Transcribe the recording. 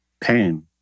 Pain